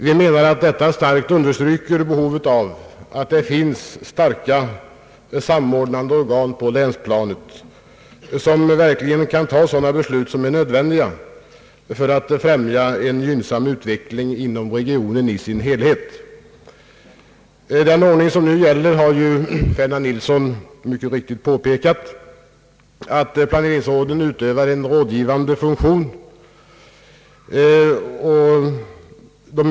Vi menar att detta starkt understryker behovet av starka samordnande organ på länsplanet som verkligen kan fatta sådana beslut som är nödvändiga för att främja en gynnsam utveckling inom regionen i dess helhet. I den ordning som nu gäller utövar planeringsråden, som herr Ferdinand Nilsson mycket riktigt påpekat, en rådgivande funktion.